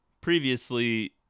Previously